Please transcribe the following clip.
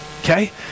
Okay